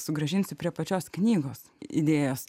sugrąžinsiu prie pačios knygos idėjos